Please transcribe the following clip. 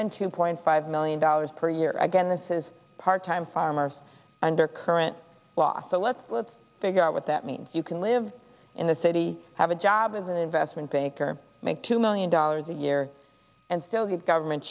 than two point five million dollars per year again this is part time farmers under current law so let's figure out what that means you can live in the city have a job as an investment banker make two million dollars a year and still get government